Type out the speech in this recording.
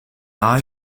eye